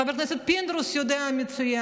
חבר הכנסת פינדרוס יודע מצוין,